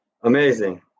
Amazing